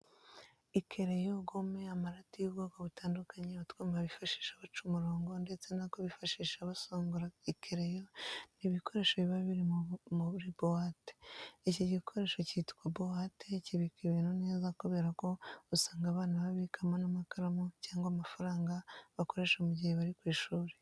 Ikereyo, gome, amarati y'ubwoko butandukanye, utwuma bifashisha baca umurongo ndetse n'ako bifashisha basongora ikereyo ni ibikoresho biba biri muri buwate. Iki gikoresho cyitwa buwate kibika ibintu neza kubera ko usanga abana babikamo n'amakaramu cyangwa amafaranga bakoresha mu gihe bari ku ishuri.